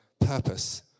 purpose